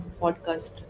podcast